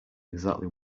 exactly